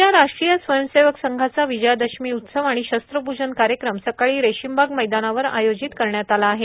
उद्या राष्ट्रीय स्वयंसेवक संघाचा विजयादशमी उत्सव आणि शस्त्रपूजन कार्यक्रम सकाळी रेशीमबाग मैदानावर आयोजित करण्यात आला आहे